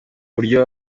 buryo